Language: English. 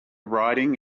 riding